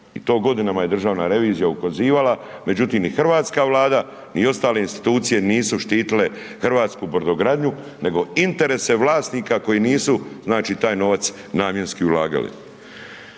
i to godinama je državna revizija ukazivala, međutim, i hrvatska Vlada i ostale institucije nisu štitile hrvatsku brodogradnju, nego interese vlasnika koji nisu, znači, taj novac namjenski ulagali.